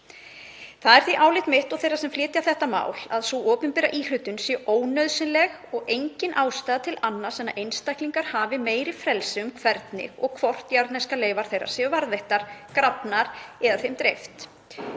Það er álit mitt og þeirra sem flytja þetta mál að sú opinbera íhlutun sé ónauðsynleg og engin ástæða til annars en að einstaklingar hafi meira frelsi um hvernig og hvort jarðneskar leifar þeirra séu varðveittar, grafnar eða þeim dreift.